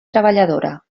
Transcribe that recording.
treballadora